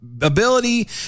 ability